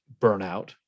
burnout